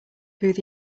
through